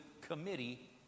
committee